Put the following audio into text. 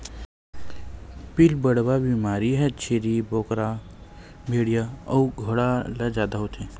पिलबढ़वा बेमारी ह छेरी बोकराए भेड़िया अउ घोड़ा ल जादा होथे